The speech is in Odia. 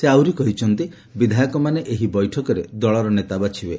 ସେ ଆହୁରି କହିଛନ୍ତି ବିଧାୟକମାନେ ଏହି ବୈଠକରେ ଦଳର ନେତା ବାଛିବେ